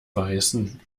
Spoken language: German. weißen